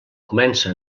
comença